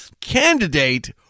Candidate